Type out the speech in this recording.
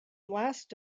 last